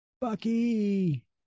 Bucky